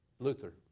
Luther